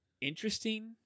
interesting